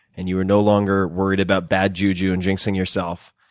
and you were no longer worried about bad juju and jinxing yourself,